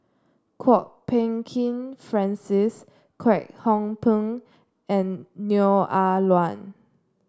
Kwok Peng Kin Francis Kwek Hong Png and Neo Ah Luan